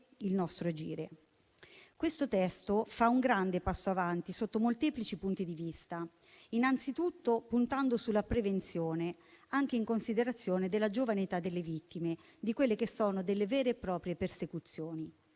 il nostro agire. Questo testo fa un grande passo avanti sotto molteplici punti di vista, innanzitutto puntando sulla prevenzione, anche in considerazione della giovane età delle vittime, di quelle che sono delle vere e proprie persecuzioni.